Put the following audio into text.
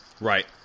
Right